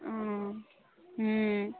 हँ हूँ